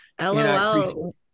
LOL